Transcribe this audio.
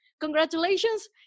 Congratulations